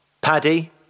Paddy